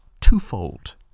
twofold